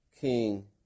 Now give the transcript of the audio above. king